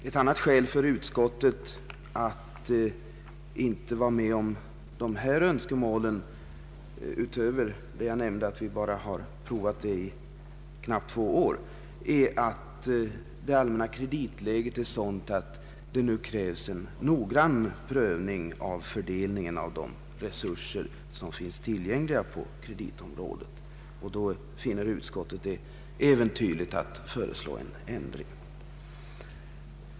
Ett annat skäl för utskottet att inte vara med om dessa önskemål är det allmänna kreditläget. Det krävs nu en noggrann prövning vid fördelningen av de resurser som finns tillgängliga på kreditområdet. Därför finner utskottet det äventyrligt att föreslå en ändring.